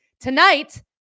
tonight